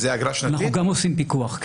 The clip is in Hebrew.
אנחנו גם עושים פיקוח.